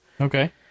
Okay